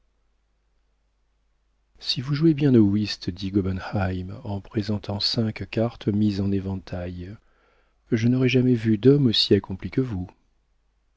si vous jouez bien au whist monsieur dit gobenheim en présentant cinq cartes mises en éventail je n'aurai jamais vu d'homme aussi accompli que vous